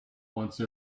once